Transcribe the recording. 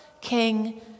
King